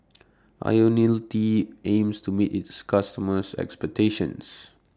Ionil T aims to meet its customers' expectations